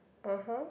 (uh huh)